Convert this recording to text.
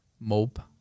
Mope